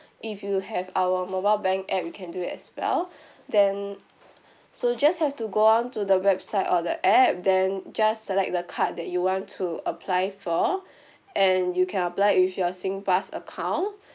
if you have our mobile bank app you can do it as well then so just have to go on to the website or the app then just select the card that you want to apply for and you can apply it with your singpass account